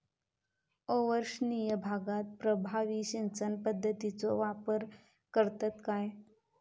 अवर्षणिय भागात प्रभावी सिंचन पद्धतीचो वापर करतत काय?